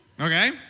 Okay